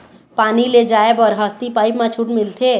पानी ले जाय बर हसती पाइप मा छूट मिलथे?